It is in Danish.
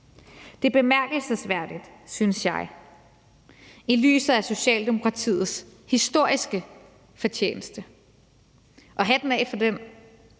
Det er bemærkelsesværdigt, synes jeg, i lyset af Socialdemokratiets historiske fortjeneste, og hatten af for den.